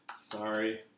sorry